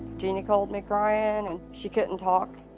jeanie called me crying, and she couldn't talk,